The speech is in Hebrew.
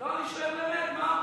לא, אני שואל באמת, מה,